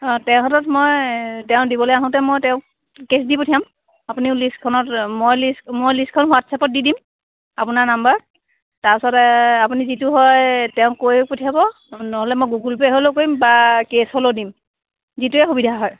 তেওঁ হাতত মই তেওঁ দিবলৈ আহোঁতে মই তেওঁক কেছ দি পঠিয়াম আপুনি লিষ্টখনত মই লিষ্টখন হোৱাটছাপত দি দিম আপোনাৰ নাম্বাৰ তাৰছতে আপুনি যিটো হয় তেওঁক কৈ পঠিয়াব নহ'লে মই গুগুল পে কৰিম বা কেছ হ'লেও দিম যিটোয়ে সুবিধা হয়